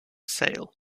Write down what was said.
sale